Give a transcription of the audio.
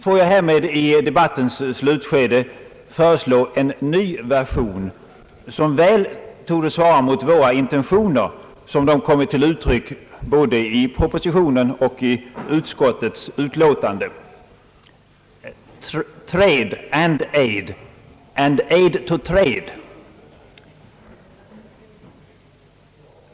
Får jag härmed i debattens slutskede föreslå en ny version, som väl torde svara mot våra intentioner, som de kommit till uttryck både i propositionen och i utskottets utlåtande: »Trade and aid and aid to trade».